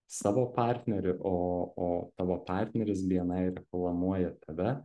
savo partnerį o o tavo partneris bni reklamuoja tave